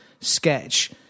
sketch